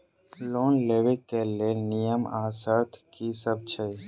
Loan लेबऽ कऽ लेल नियम आ शर्त की सब छई?